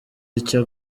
icyo